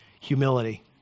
humility